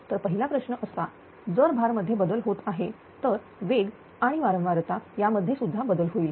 तर पहिला प्रश्न असा जर भार मध्ये बदल होत आहे तर वेग आणि वारंवारता यामध्ये सुद्धा बदल होईल